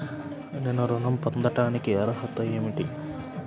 నేను ఋణం పొందటానికి అర్హత ఏమిటి?